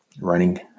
running